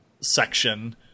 section